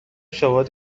شواهد